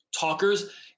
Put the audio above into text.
Talkers